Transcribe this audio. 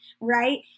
right